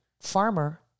farmer